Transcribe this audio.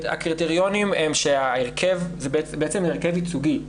זה בעצם הרכב ייצוגי.